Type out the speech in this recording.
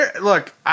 Look